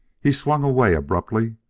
he swung away abruptly,